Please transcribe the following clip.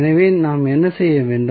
எனவே நாம் என்ன செய்ய வேண்டும்